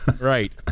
right